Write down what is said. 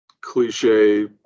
cliche